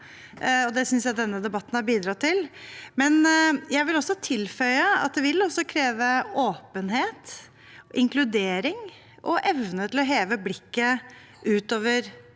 det synes jeg denne debatten har bidratt til. Samtidig vil jeg tilføye at det vil kreve åpenhet, inkludering og evne til å heve blikket utover